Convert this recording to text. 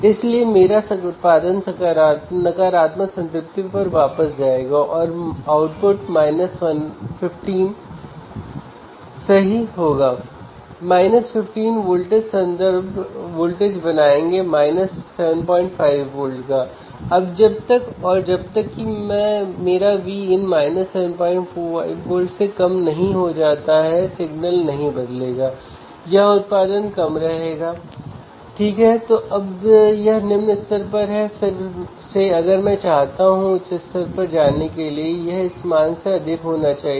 इसलिए आप उस चीख को नॉइज़ समझिए और जो कुछ भी मैं बोल रहा हूं उसे सिग्नल समझिए